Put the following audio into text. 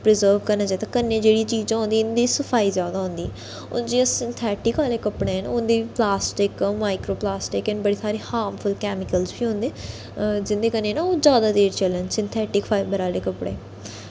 preserve करना चाहिदा कन्नै जेह्ड़ियां चीजां होंदियां इं'दे च सफाई जैदा होंदी हून जि'यां संथैटिक आह्ले कपड़े न उं'दे च पलास्टिक माईकरो पलास्टिक ते बड़े सारे हार्म फुल कैमिकल बी होंदे जिं'दे कन्नै ना ओह् जैदा देर चलन सिंथैटिक फाईबर आह्ले कपड़े